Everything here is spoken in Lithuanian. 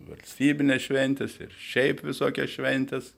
valstybines šventes ir šiaip visokias šventes